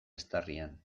eztarrian